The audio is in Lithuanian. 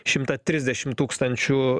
šimta trisdešimt tūkstančių